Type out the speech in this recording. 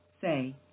say